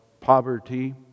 poverty